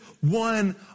one